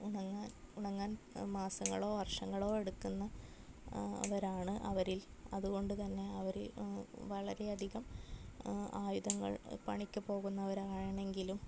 ഉണങ്ങാൻ ഉണങ്ങാൻ മാസങ്ങളോ വർഷങ്ങളോ എടുക്കുന്ന അവരാണ് അവരിൽ അതുകൊണ്ട്തന്നെ അവർ വളരെയധികം ആയുധങ്ങൾ പണിക്ക് പോകുന്നവരാണെങ്കിലും